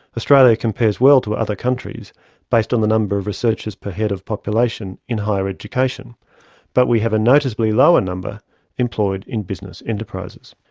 australia compares well to other countries based on the number of researchers per head of population in higher education but we have a noticeably lower number employed in business enterprises.